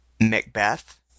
macbeth